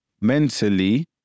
mentally